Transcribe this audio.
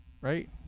right